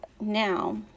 now